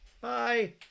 Bye